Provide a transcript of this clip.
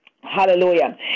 Hallelujah